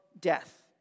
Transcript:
death